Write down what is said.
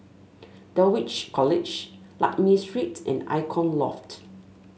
Dulwich College Lakme Street and Icon Loft